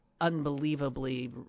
unbelievably